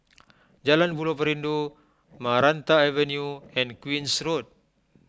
Jalan Buloh Perindu Maranta Avenue and Queen's Road